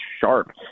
sharp